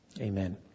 amen